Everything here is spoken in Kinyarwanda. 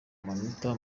manota